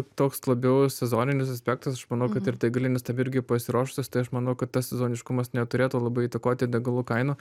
toks labiau sezoninis aspektas aš manau kad ir degalinės tam irgi pasiruošusios tai aš manau kad tas sezoniškumas neturėtų labai įtakoti degalų kainų